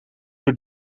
door